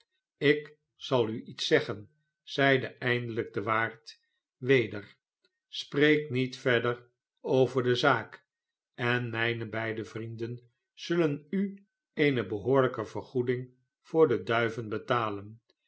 ik zal u iets zeggen zeide eindelijk de waard weder spreek niet verder over de zaak en mijne beide vrienden zullen u eene behoorlijke vergoeding voor de duiven betalen